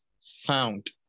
sound